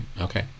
okay